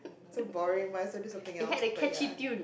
so boring might as well do something else but ya